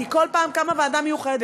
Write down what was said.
כי כל פעם קמה ועדה מיוחדת.